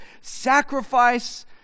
sacrifice